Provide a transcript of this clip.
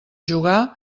jugar